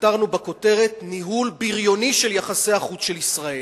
הכתרנו בכותרת "ניהול בריוני של יחסי החוץ של ישראל".